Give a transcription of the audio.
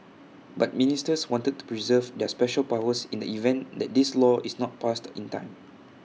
but ministers wanted to preserve their special powers in the event that this law is not passed in time